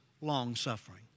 long-suffering